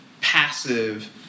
passive